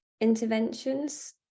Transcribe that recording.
interventions